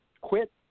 quit